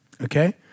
Okay